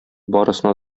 барысына